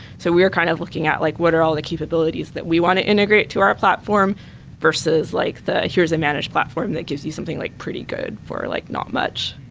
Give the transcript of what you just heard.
so we're kind of looking at like what are all the capabilities that we want to integrate to our platform versus like here's a managed platform that gives you something like pretty good for like not much.